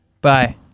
bye